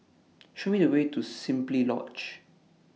Show Me The Way to Simply Lodge